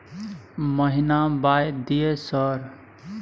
महीना बाय दिय सर?